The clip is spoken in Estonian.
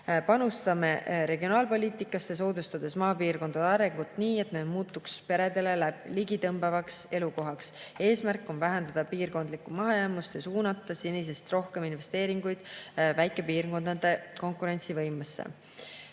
Panustame regionaalpoliitikasse, soodustades maapiirkondade arengut nii, et need muutuks peredele ligitõmbavaks elukohaks. Eesmärk on vähendada piirkondlikku mahajäämust ja suunata senisest rohkem investeeringuid väikepiirkondade konkurentsivõimesse.